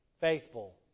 faithful